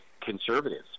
conservatives